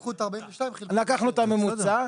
לקחו את ה-42 חלקי 6. לקחנו את הממוצע.